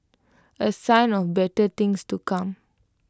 A sign of better things to come